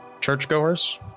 Churchgoers